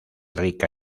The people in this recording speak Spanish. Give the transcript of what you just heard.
rica